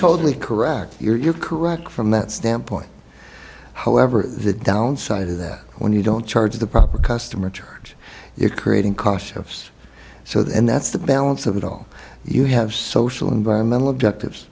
totally correct you're correct from that standpoint however the downside is that when you don't charge the proper customer church you're creating cautious so that and that's the balance of it all you have social environmental objectives